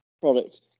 product